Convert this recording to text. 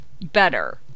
better